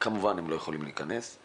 וכמובן הם לא יכולים להיכנס.